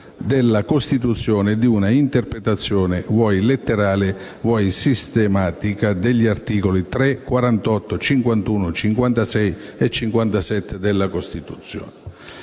della Costituzione e di una interpretazione vuoi letterale vuoi sistematica, degli articoli 3, 48, 51, 56 e 57 della Costituzione».